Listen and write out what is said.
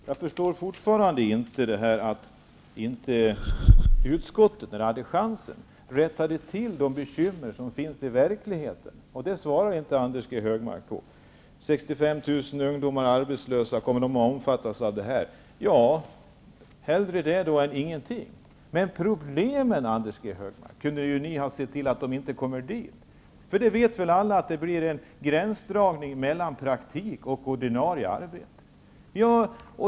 Herr talman! Jag förstår fortfarande inte varför utskottet inte rättade till de bekymmer som finns i verkligheten när chansen fanns. Det svarar inte Anders G. Högmark på. Är det 65 000 ungdomar som är arbetslösa och som kommer att omfattas av detta? Ja, hellre det i så fall än ingenting. Anders G. Högmark, ni skulle emellertid ha kunnat se till att problemen inte uppstår. Alla vet väl att det blir en gränsdragning mellan praktik och ordinarie arbete.